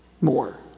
more